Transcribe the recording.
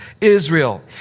Israel